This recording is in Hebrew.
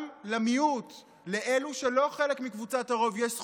גם למיעוט, לאלו שלא חלק מקבוצת הרוב, יש זכויות,